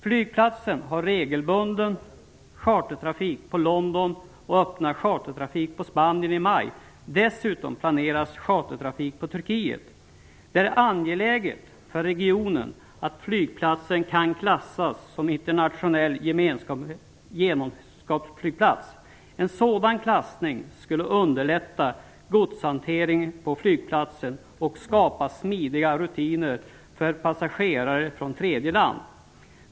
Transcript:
Flygplatsen har regelbunden chartertrafik till Det är angeläget för regionen att flygplatsen kan klassas som internationell gemenskapsflygplats. En sådan klassning skulle underlätta godshantering på flygplatsen och skapa smidiga rutiner för passagerare från tredje land.